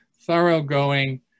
thoroughgoing